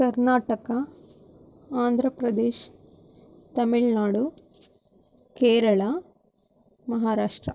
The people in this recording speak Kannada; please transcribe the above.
ಕರ್ನಾಟಕ ಆಂಧ್ರ ಪ್ರದೇಶ ತಮಿಳುನಾಡು ಕೇರಳ ಮಹಾರಾಷ್ಟ್ರ